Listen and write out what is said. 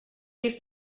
use